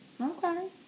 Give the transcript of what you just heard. Okay